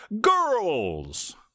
girls